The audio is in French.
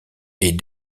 est